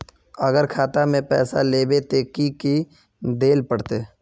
अगर खाता में पैसा लेबे ते की की देल पड़ते?